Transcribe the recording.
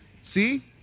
See